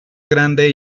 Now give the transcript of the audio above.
grande